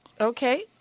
Okay